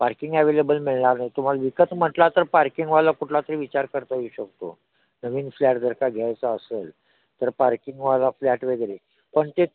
parking available मिळणार नाही तुम्हाला विकत म्हटला तर पार्किंगवाला कुठला तरी विचार करता येऊ शकतो नवीन फ्लॅट जर का घ्यायचा असेल तर पार्किंगवाला फ्लॅट वगैरे पण ते